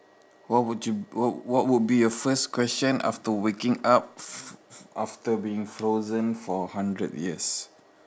what would you what what would be your first question after waking up f~ f~ after being frozen for hundred years